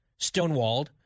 stonewalled